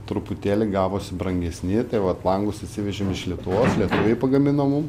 truputėlį gavosi brangesni tai vat langus įsivežėm iš lietuvos lietuviai pagamino mum